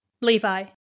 Levi